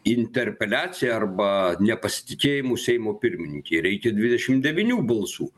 interpeliacija arba nepasitikėjimu seimo pirmininkei reikia dvidešim devynių balsų